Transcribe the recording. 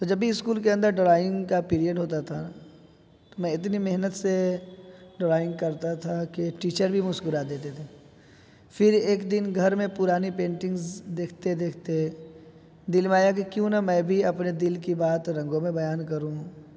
تو جب بھی اسکول کے اندر ڈرائنگ کا پیریڈ ہوتا تھا میں اتنی محنت سے ڈرائنگ کرتا تھا کہ ٹیچر بھی مسکرا دیتے تھے پھر ایک دن گھر میں پرانی پینٹنگز دیکھتے دیکھتے دل میں آیا کہ کیوں نہ میں بھی اپنے دل کی بات رنگوں میں بیان کروں